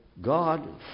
God